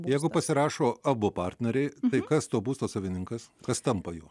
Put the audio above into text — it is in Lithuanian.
jeigu pasirašo abu partneriai tai kas to būsto savininkas kas tampa juo